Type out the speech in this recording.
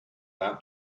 out